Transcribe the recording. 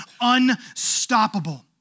unstoppable